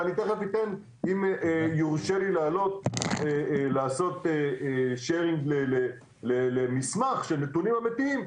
ואם יורשה לי לעשות שיתוף למסמך של נתונים אמיתיים,